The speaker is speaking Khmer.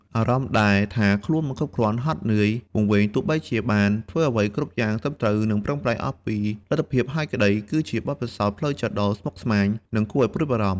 អារម្មណ៍ដែលថា ខ្លួនមិនគ្រប់គ្រាន់ ហត់នឿយ វង្វេង ទោះបីជាបានធ្វើអ្វីគ្រប់យ៉ាងត្រឹមត្រូវ និងប្រឹងប្រែងអស់ពីលទ្ធភាពហើយក្តី គឺជាបទពិសោធន៍ផ្លូវចិត្តមួយដ៏ស្មុគស្មាញ និងគួរឲ្យព្រួយបារម្ភ។